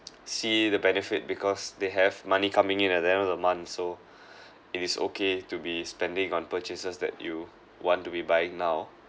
see the benefit because they have money coming in at the end of the month so it is okay to be spending on purchases that you want to be buying now